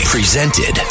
Presented